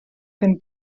gan